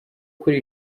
kuri